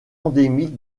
endémique